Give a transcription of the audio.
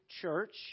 church